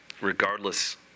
regardless